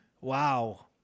wow